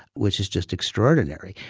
which is just extraordinary.